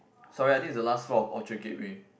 sorry I think is the last floor of Orchard-Gateway